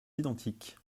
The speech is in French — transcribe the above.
identiques